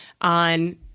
on